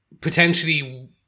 potentially